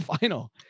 final